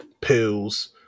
pills